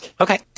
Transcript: Okay